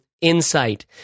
insight